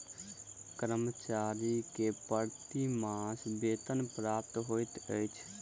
कर्मचारी के प्रति मास वेतन प्राप्त होइत अछि